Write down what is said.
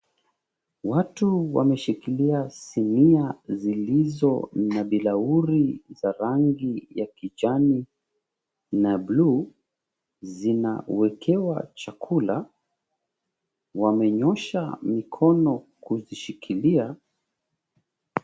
Watu wameshikilia sinia zilizo na bilauri za rangi ya kijani na bluu. Zinawekewa chakula, wamenyoosha mikono kuzishikilia.